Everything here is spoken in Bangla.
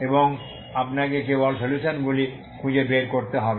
এবং আপনাকে কেবল সলিউশনগুলি খুঁজে বের করতে হবে